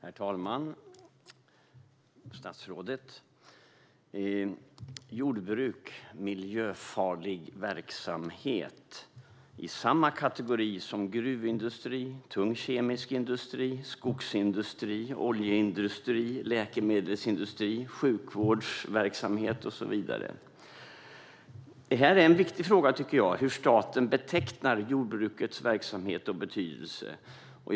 Herr talman! Statsrådet! Jordbruk klassas som miljöfarlig verksamhet och är i samma kategori som gruvindustri, tung kemisk industri, skogsindustri, oljeindustri, läkemedelsindustri, sjukvårdsverksamhet och så vidare. Hur staten betecknar jordbrukets verksamhet och betydelse är en viktig fråga.